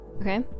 okay